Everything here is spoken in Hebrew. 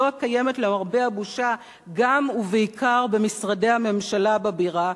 זו הקיימת למרבה הבושה גם ובעיקר במשרדי הממשלה בבירה,